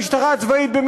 כמו המשטרה הצבאית,